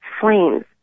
flames